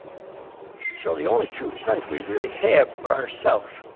so the only true friends we really have are ourselves.